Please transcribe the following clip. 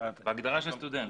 --- בהגדרה של סטודנט.